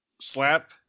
slap